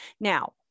Now